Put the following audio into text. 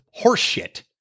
horseshit